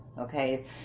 Okay